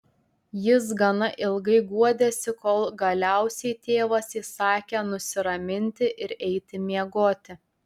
jis gana ilgai guodėsi kol galiausiai tėvas įsakė nusiraminti ir eiti miegoti